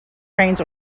trains